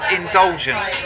indulgence